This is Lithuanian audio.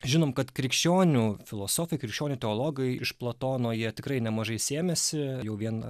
žinom kad krikščionių filosofai krikščionių teologai iš platono jie tikrai nemažai sėmėsi jau vien